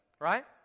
right